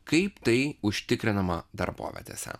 kaip tai užtikrinama darbovietėse